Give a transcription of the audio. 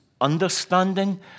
understanding